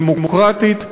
דמוקרטית,